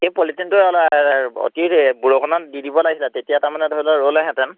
সেই পলিথিনটো অতি বৰষুণত দি দিব লাগিছিলে তেতিয়া তাৰ মানে ধৰি লোৱা ৰ'লেহেঁতেন